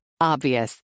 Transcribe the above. Obvious